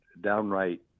downright